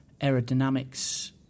aerodynamics